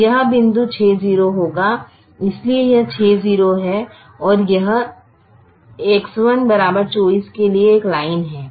तो यह बिंदु 60 होगा इसलिए यह 60 है और यह X1 24 के लिए एक लाइन है